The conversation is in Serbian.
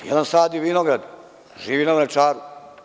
Jedan sadi vinograd, živi na Vračaru.